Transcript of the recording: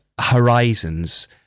horizons